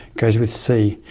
goes with c,